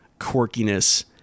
quirkiness